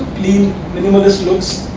clean minimalist looks